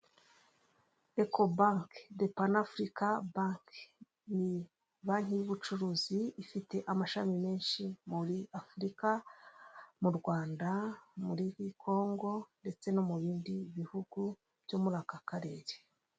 Eko banke depana afurika banke banki y'ubucuruzi ifite amashami menshi muri afurika, mu Rwanda, muri Kongo ndetse no mu bindi bihugu byo muri aka karere.